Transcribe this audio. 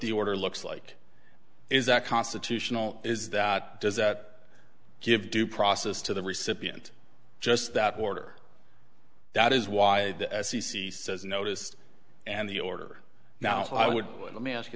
the order looks like is that constitutional is that does that give due process to the recipient just that order that is why the f c c says noticed and the order now i would but let me ask you